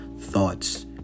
thoughts